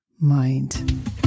mind